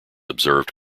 observed